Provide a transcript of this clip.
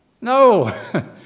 No